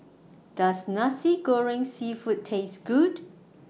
Does Nasi Goreng Seafood Taste Good